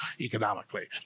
economically